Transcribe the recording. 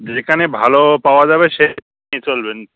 যেখানে ভাল পাওয়া যাবে সে নিয়ে চলবেন